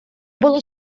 було